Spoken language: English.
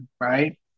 right